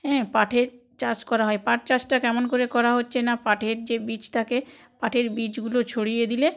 হ্যাঁ পাঠের চাষ করা হয় পাট চাষটা কেমন করে করা হচ্ছে না পাঠের যে বীজ থাকে পাঠের বীজগুলো ছড়িয়ে দিলে